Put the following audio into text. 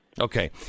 Okay